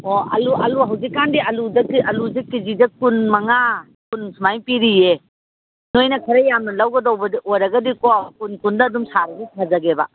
ꯑꯣ ꯑꯂꯨ ꯍꯧꯖꯤꯛ ꯀꯥꯟꯗꯤ ꯑꯂꯨꯁꯦ ꯀꯦꯖꯤꯗ ꯀꯨꯟ ꯃꯉꯥ ꯀꯨꯟ ꯁꯨꯃꯥꯏꯅ ꯄꯤꯔꯤꯌꯦ ꯅꯈꯣꯏꯅ ꯈꯔ ꯌꯥꯝꯅ ꯂꯧꯒꯗꯧꯕ ꯑꯣꯏꯔꯒꯗꯤꯀꯣ ꯀꯨꯟ ꯀꯨꯟꯗ ꯑꯗꯨꯝ ꯁꯥꯔꯁꯨ ꯁꯥꯖꯒꯦꯕ